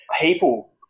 People